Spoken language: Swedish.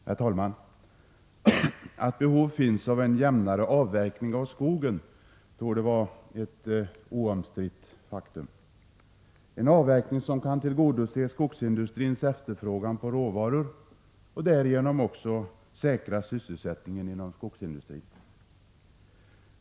Herr talman! Att behov finns av en jämnare avverkning av skogen torde vara ett oomstritt faktum. Det fordras en avverkning som kan tillgodose skogsindustrins efterfrågan på råvaror och därigenom säkra sysselsättningen inom skogsindustrin.